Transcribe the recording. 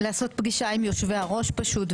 לעשות פגישה עם היושבי-ראש פשוט,